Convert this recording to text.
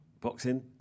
boxing